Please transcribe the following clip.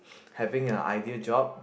having a ideal job